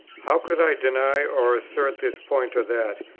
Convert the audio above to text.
how could i deny or assert this point or that,